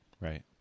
right